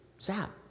zap